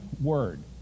word